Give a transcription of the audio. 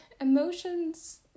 emotions